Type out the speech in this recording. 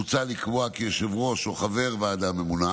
מוצע לקבוע כי יושב-ראש או חבר ועדה ממונה